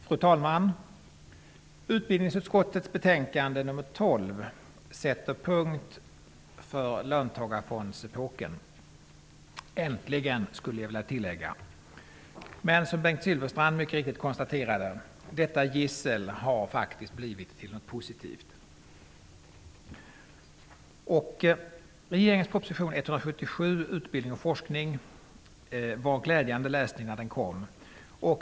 Fru talman! Utbildningsutskottets betänkande nr 12 sätter punkt för löntagarfondsepoken -- äntligen, skulle jag vilja tillägga. Men som Bengt Silfverstrand mycket riktigt konstaterade har detta gissel faktiskt blivit till något positivt. Regeringens proposition 177, Utbildning och forskning, var glädjande läsning när den kom.